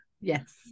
Yes